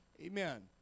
Amen